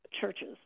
churches